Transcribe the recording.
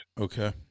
Okay